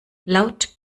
laut